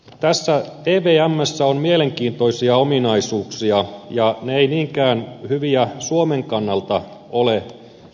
tässä evmssä on mielenkiintoisia ominaisuuksia ja ne eivät niinkään hyviä suomen kannalta ole